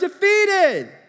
defeated